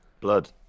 Blood